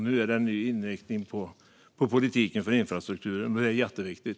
Nu är det en ny inriktning på politiken för infrastrukturen, och det är jätteviktigt.